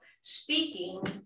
speaking